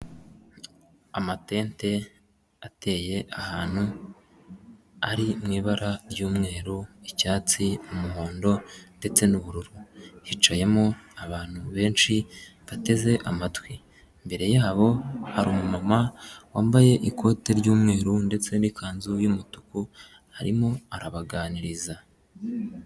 Amatente ateye ahantu ari mu ibara ry'umweru, icyatsi, umuhondo ndetse n'ubururu, hicayemo abantu benshi bateze amatwi, imbere yabo hari umumama wambaye ikote ry'umweru ndetse n'ikanzu y'umutuku arimo arabaganiriza.